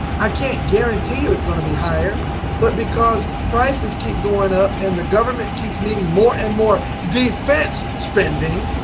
i can't guarantee you it's going to be higher but because prices keep going up and the government keeps needing more and more defense spending